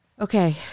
Okay